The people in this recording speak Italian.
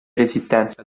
resistenza